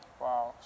Wow